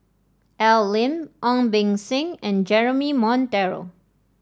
Al Lim Ong Beng Seng and Jeremy Monteiro